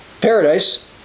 paradise